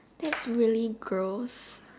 that's really gross